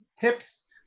Tips